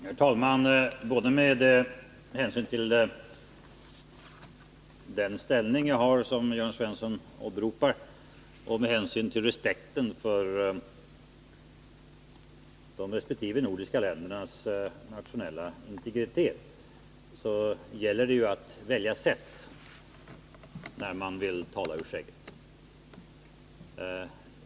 Herr talman! Med hänsyn både till den ställning jag har och till respekten för de resp. nordiska ländernas nationella integritet gäller det att välja det rätta sättet när man vill tala ur skägget.